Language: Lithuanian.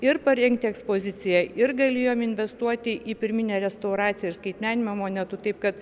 ir parengti ekspoziciją ir galėjom investuoti į pirminę restauraciją ir skaitmeninimam monetų taip kad